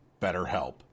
BetterHelp